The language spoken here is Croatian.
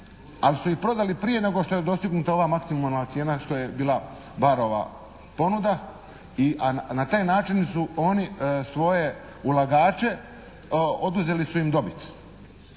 ali su ih prodali prije nego što je dostignuta ova maksimalna cijena što je bila "Barrova" ponuda i na taj način su oni svoje ulagače, oduzeli su im dobit.